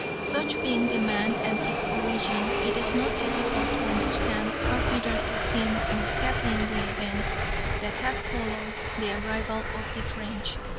such being the man and his origin, it is not difficult to understand how bitter to him must have been the events that had followed the arrival of the french.